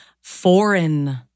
foreign